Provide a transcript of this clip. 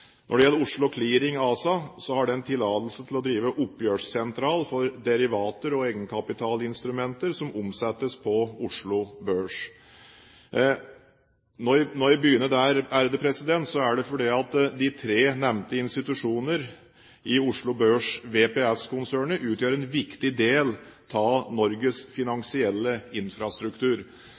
Når det gjelder Oslo Clearing ASA, har de tillatelse til å drive oppgjørssentral for derivater og egenkapitalinstrumenter som omsettes på Oslo Børs. Når jeg begynner der, er det fordi de tre nevnte institusjonene i Oslo Børs VPS-konsernet utgjør en viktig del av Norges finansielle infrastruktur.